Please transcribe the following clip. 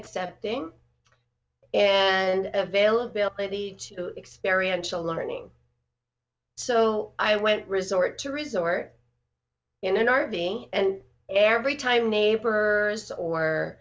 accepting and availability experiential learning so i went resort to resort in an r v and every time neighbor or